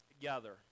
together